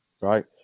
right